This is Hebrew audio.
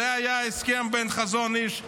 זה היה ההסכם בין החזון איש לבן-גוריון.